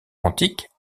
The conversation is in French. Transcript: antique